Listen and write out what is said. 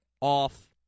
off